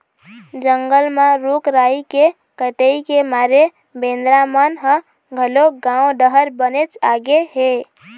जंगल म रूख राई के कटई के मारे बेंदरा मन ह घलोक गाँव डहर बनेच आगे हे